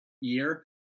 year